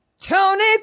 Tony